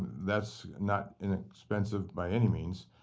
that's not inexpensive by any means.